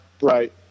Right